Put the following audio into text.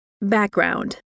Background